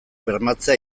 bermatzea